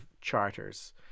charters